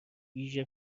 ویژه